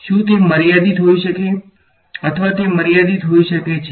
શું તે મર્યાદિત હોઈ શકે છે અથવા તે મર્યાદિત હોઈ શકે છે